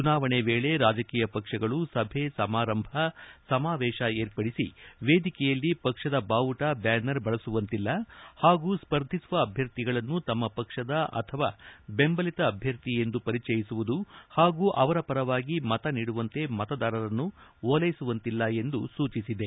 ಚುನಾವಣೆ ವೇಳೆ ರಾಜಕೀಯ ಪಕ್ಷಗಳು ಸಭೆ ಸಮಾರಂಭ ಸಮಾವೇಶ ಏರ್ಪಡಿಸಿ ವೇದಿಕೆಯಲ್ಲಿ ಪಕ್ಷದ ಬಾವುಟ ಬ್ಯಾನರ್ ಬಳಸುವಂತಿಲ್ಲ ಹಾಗೂ ಸ್ಪರ್ಧಿಸುವ ಅಭ್ಯರ್ಥಿಗಳನ್ನು ತಮ್ಮ ಪಕ್ಷದ ಅಥವಾ ಬೆಂಬಲಿತ ಅಭ್ಯರ್ಥಿ ಎಂದು ಪರಿಚಯಿಸುವುದು ಹಾಗೂ ಅವರ ಪರವಾಗಿ ಮತ ನೀಡುವಂತೆ ಮತದಾರರನ್ನು ಓಲೈಸುವಂತಿಲ್ಲ ಎಂದು ಸೂಚಿಸಿದೆ